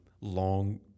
long